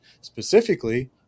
specifically